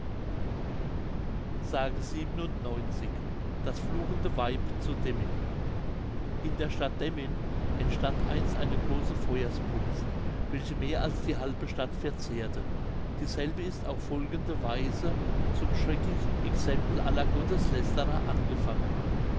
s das fluchende weib zu demmin in der stadt demmin entstand einst eine große feuersbrunst welche mehr als die halbe stadt verzehrte dieselbe ist aber auf folgende weise zum schrecklichen exempel aller gotteslästerer angefangen